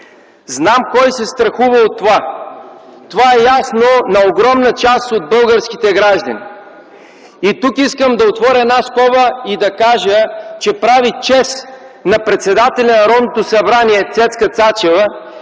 Знам кой се страхува от това. Това е ясно на огромна част на българските граждани. И тук искам да отворя една скоба и да кажа, че прави чест на председателя на Народното събрание Цецка Цачева,